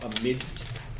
amidst